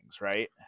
Right